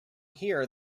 here